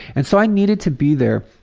and so i needed to be there.